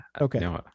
Okay